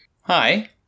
Hi